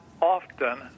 often